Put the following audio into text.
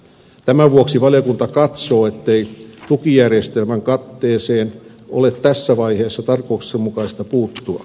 tämän vuoksi valiokunta katsoo ettei tukijärjestelmän katteeseen ole tässä vaiheessa tarkoituksenmukaista puuttua